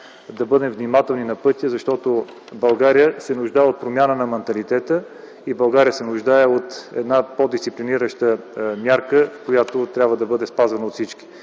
да бъдем внимателни на пътя, защото България се нуждае от промяна на манталитета, България се нуждае от една по-дисциплинираща мярка, която трябва да бъде спазена от всички.